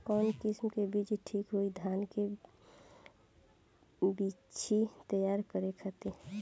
कवन किस्म के बीज ठीक होई धान के बिछी तैयार करे खातिर?